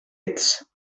ets